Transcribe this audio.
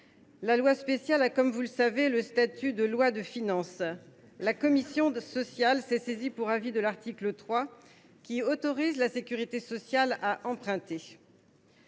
La loi spéciale a, comme vous le savez, le statut de loi de finances. La commission des affaires sociales s’est saisie pour avis de l’article 3, qui autorise la sécurité sociale à emprunter.